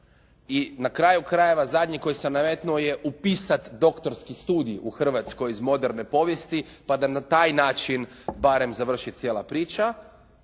i na kraju krajeva zadnji koji sam nametnuo je upisat doktorski studij u Hrvatskoj iz moderne povijesti pa da na taj način barem završi cijela priča